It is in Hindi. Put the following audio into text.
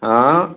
हाँ